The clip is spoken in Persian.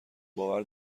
باور